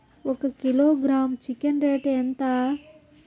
ఒక kilogram chicken rate ఎంత?